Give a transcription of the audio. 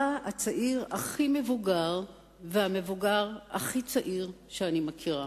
אתה הצעיר הכי מבוגר והמבוגר הכי צעיר שאני מכירה.